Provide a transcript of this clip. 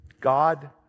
God